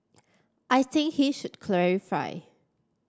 I think he should clarify